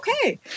okay